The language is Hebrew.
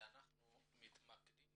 אנחנו מתמקדים